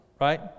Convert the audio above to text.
right